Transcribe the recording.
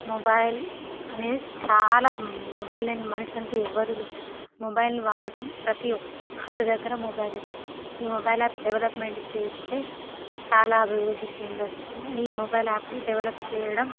mobile అనేది చాలా mobile లేని మనిషి అంటు ఎవరు లేరు మొబైల్ వాడకం ప్రతి ఒకరి దగ్గర మొబైల్ ఉంది ఈ మొబైల్ యాప్ డెవలప్మెంట్ చేస్తే చాలా అభివృద్ధి చెందవచ్చు ఈ మొబైల్ యాప్ని డెవలప్ చేయడం